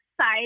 Side